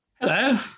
Hello